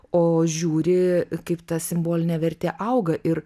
o žiūri kaip ta simbolinė vertė auga ir